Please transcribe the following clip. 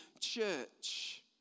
church